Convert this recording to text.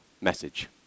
message